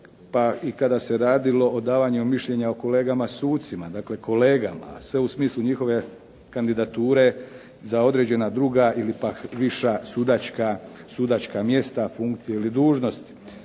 pa i kada se radilo o davanjima mišljenja o kolegama sucima, dakle kolegama, a sve u smislu njihove kandidature za određena druga ili pak viša sudačka mjesta, funkciju ili dužnosti.